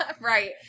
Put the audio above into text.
Right